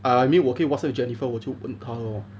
I mean 我可以 whatsapp jennifer 我就可以问她 lor